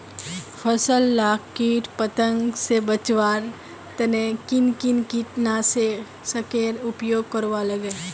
फसल लाक किट पतंग से बचवार तने किन किन कीटनाशकेर उपयोग करवार लगे?